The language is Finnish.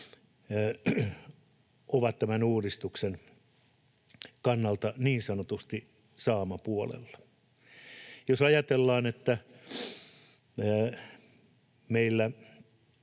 ovat tämän uudistuksen kannalta niin sanotusti saamapuolella. Jos ajatellaan, että meillä